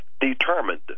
determined